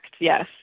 Yes